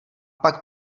pak